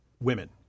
women